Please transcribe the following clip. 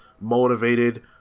motivated